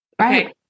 right